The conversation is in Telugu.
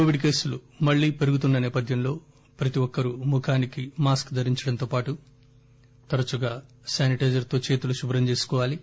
కోవిడ్ కేసులు మళ్లీ పెరుగుతున్న సేపథ్యంలో ప్రతి ఒక్కరూ ముఖానికి మాస్క్ ధరించడంతో పాటు తరచుగా శానిటైజర్ తో చేతులు శుభ్రం చేసుకోవాలి